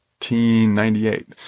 1998